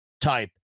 type